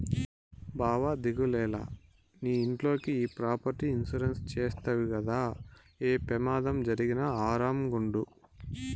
బావా దిగులేల, నీ ఇంట్లోకి ఈ ప్రాపర్టీ ఇన్సూరెన్స్ చేస్తవి గదా, ఏ పెమాదం జరిగినా ఆరామ్ గుండు